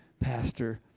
pastor